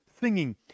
singing